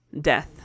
death